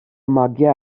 magiau